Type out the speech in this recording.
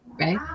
right